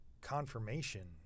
confirmation